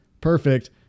perfect